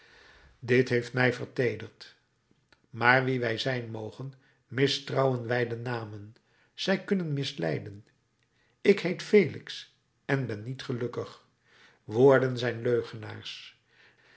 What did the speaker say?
dit heeft mij verteederd maar wie wij zijn mogen mistrouwen wij de namen zij kunnen misleiden ik heet felix en ben niet gelukkig woorden zijn leugenaars